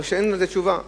או שאין לזה תשובה.